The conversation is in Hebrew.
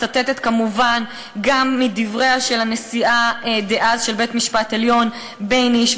היא מצטטת כמובן גם מדבריה של הנשיאה דאז של בית-המשפט העליון בייניש,